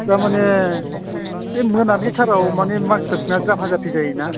थारमाने ओइ मोनबिलिथाराव माने मानसिफ्रा जाफा जाफि जायोना